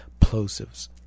plosives